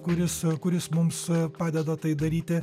kuris kuris mums padeda tai daryti